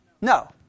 No